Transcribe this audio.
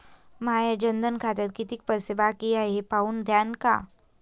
माया जनधन खात्यात कितीक पैसे बाकी हाय हे पाहून द्यान का?